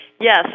Yes